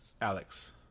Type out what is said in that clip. Alex